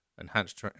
enhanced